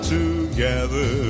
together